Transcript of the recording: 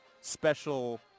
special